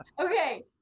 Okay